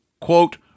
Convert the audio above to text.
Quote